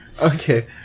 Okay